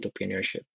entrepreneurship